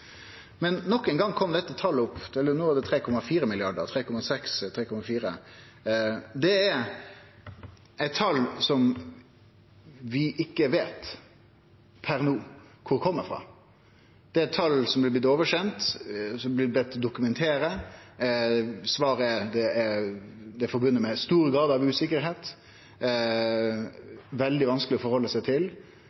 Nok ein gong kom dette talet opp, 3,4 eller 3,6 mrd. kr. Det er eit tal vi ikkje veit per no kor kjem frå. Det er eit tal som er blitt sendt over, som ein er blitt bedd om å dokumentere. Svaret er at det er knytt stor grad av usikkerheit